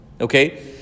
Okay